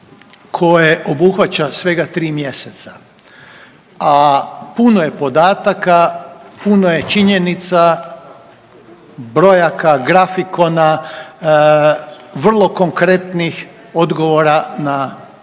koje obuhvaća svega 3 mjeseca, a puno je podataka, puno je činjenica, brojaka, grafikona vrlo konkretnih odgovora na pitanja